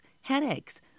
headaches